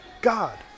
God